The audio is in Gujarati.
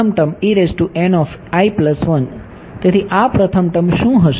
પ્રથમ ટર્મ તેથી આ પ્રથમ ટર્મ શું હશે